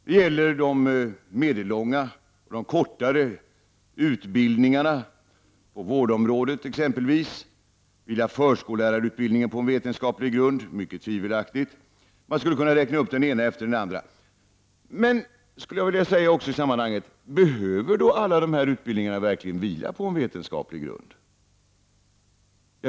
Detta gäller exempelvis de medellånga och de kortare utbildningarna på vårdområdet. Vilar förskollärarutbildningen på en vetenskaplig grund? Det är mycket tvivelaktigt. Man skulle kunna räkna upp den ena utbildningen efter den andra. Men behöver alla dessa utbildningar verkligen vila på en vetenskaplig grund?